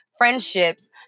friendships